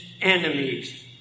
enemies